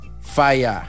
Fire